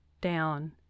down